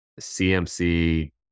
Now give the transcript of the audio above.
CMC